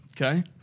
Okay